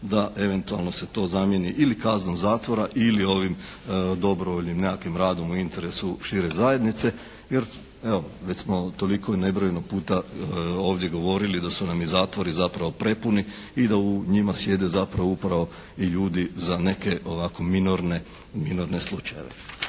da eventualno se to zamijeni ili kaznom zatvora ili ovim dobrovoljnim nekakvim radom u interesu šire zajednice jer evo već smo toliko nebrojeno puta ovdje govorili da su nam i zatvori zapravo prepuni i da u njima sjede zapravo upravo i ljudi za neke ovako minorne slučajeve.